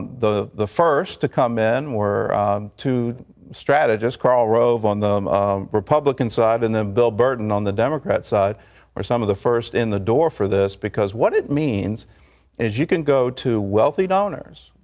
the the first to come in were two strategists, karl rove on the republican side and down bill burton on the democrat side were some of the first in the door for this, because what it means is you can go to wealthy donors,